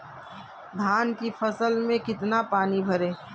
धान की फसल में कितना पानी भरें?